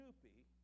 Snoopy